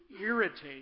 irritate